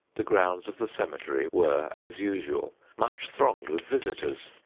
the grounds of the cemetery were, as usual, much thronged with visiters,